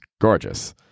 gorgeous